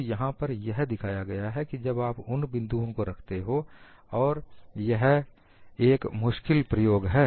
तो यहां पर यह दिखाया गया है कि जब आप उन बिंदुओं को रखते हो और यह एक मुश्किल प्रयोग है